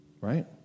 Right